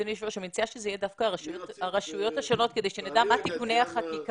אני מציעה שאלה יהיו דווקא הרשויות השונות כדי שנדע מה תיקוני החקיקה.